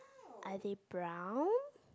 are they brown